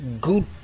good